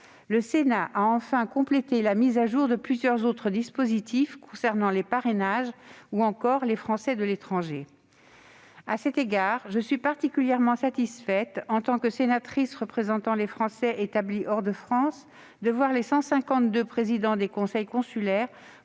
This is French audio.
Le Sénat a enfin complété la mise à jour de plusieurs autres dispositifs concernant les parrainages ou encore les Français de l'étranger. À cet égard, je suis particulièrement satisfaite, en tant que sénatrice représentant les Français établis hors de France, de voir les 152 présidents des conseils consulaires